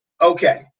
Okay